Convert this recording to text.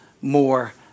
more